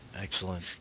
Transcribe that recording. Excellent